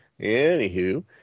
Anywho